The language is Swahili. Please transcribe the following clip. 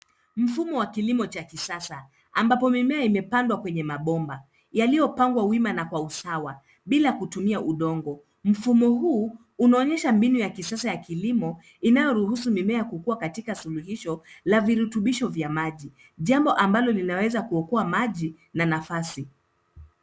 Mfumo wa kilimo cha kisasa ambapo mimea imepandwa kwenye mabomba yaliyopangwa wima na kwa usawa bila kutumia udongo. Mfumo huu unaonyesha mbinu ya kisasa ya kilimo inayoruhusu mimea kukua katika suluhisho la virutobisho vya maji. Jambo ambalo linaweza kuokoa maji na nafasi.